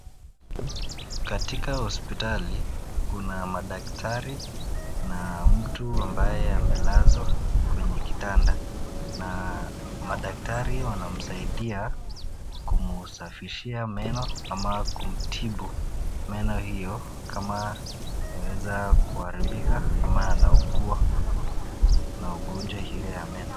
Katika hospitali kuna madaktari na mtu ambaye amelazwa kwenye kitanda na madktari wanamsaidia kumsafishia meno ama kumtibu meno hiyo kama imeweza kuharibika ama anaugua na ugonjwa hiyo ya meno.